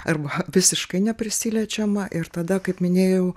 arba visiškai ne prisiliečiama ir tada kaip minėjau